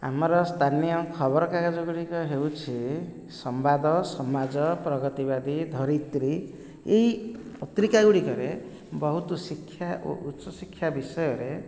ଆମର ସ୍ଥାନୀୟ ଖବରକାଗଜ ଗୁଡ଼ିକ ହେଉଛି ସମ୍ବାଦ ସମାଜ ପ୍ରଗତିବାଦୀ ଧରିତ୍ରୀ ଏଇ ପତ୍ରିକା ଗୁଡ଼ିକରେ ବହୁତ ଶିକ୍ଷ୍ୟା ଓ ଉଚ୍ଚଶିକ୍ଷ୍ୟା ବିଷୟରେ